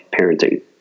parenting